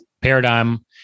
paradigm